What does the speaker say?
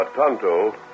Tonto